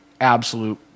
absolute